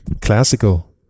classical